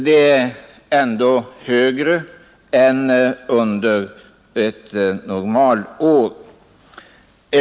Det är ändå högre än under ett normalår.